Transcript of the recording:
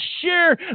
share